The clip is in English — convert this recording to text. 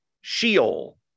Sheol